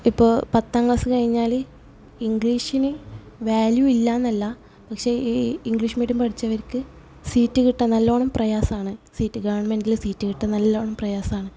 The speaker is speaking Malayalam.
ഇപ്പോൾ പത്താം ക്ലാസ് കഴിഞ്ഞാല് ഇങ്ക്ളീഷിന് വാല്യൂ ഇല്ല എന്നല്ല പക്ഷെ ഈ ഇങ്ക്ളീഷ് മീഡിയം പഠിച്ചവർക്ക് സീറ്റ് കിട്ടാൻ നല്ലോണം പ്രയാസമാണ് സീറ്റ് ഗവൺമെൻറ്റ്ല് സീറ്റ് കിട്ടാൻ നല്ലോണം പ്രയാസമാണ്